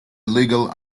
illegal